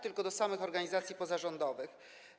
Tylko do samych organizacji pozarządowych.